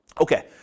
Okay